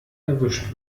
erwischt